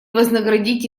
вознаградить